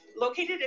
located